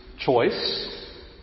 choice